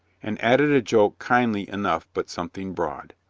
and added a joke kindly enough but something broad.